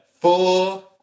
Four